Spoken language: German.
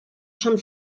schon